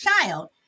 child